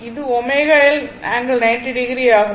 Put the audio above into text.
இது ω L ∠90o ஆகும்